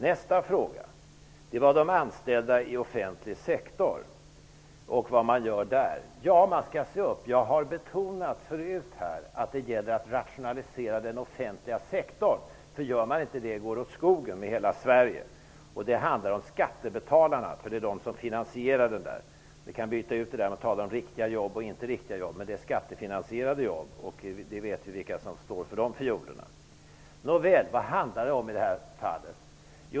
Nästa fråga gällde de anställda i offentlig sektor och vad som görs där. Vi skall se upp. Jag har förut betonat att det gäller att rationalisera den offentliga sektorn. Om man inte gör det går det åt skogen med hela Sverige. Det handlar om skattebetalarna. Det är de som finansierar den offentliga sektorn. Vi kan låta bli att tala om riktiga jobb och jobb som inte är riktiga -- det gäller skattefinansierade jobb. Vi vet vem som står för de fiolerna. Vad handlar det om i detta fall?